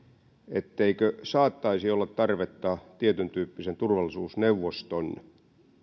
etteikö saattaisi olla tarvetta tietyntyyppisen turvallisuusneuvoston